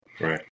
Right